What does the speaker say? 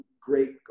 great